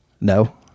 no